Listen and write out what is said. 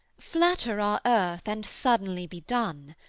flatter our earth and suddenly be done.